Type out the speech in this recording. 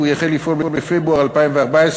ויחל לפעול בפברואר 2014,